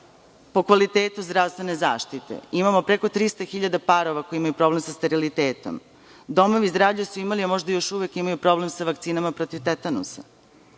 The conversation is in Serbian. po kvalitetu zdravstvene zaštite. Imamo preko 300.000 parova koji imaju problem sa sterilitetom. Domovi zdravlja su imali, a možda još uvek imaju, problem sa vakcinama protiv tetanusa.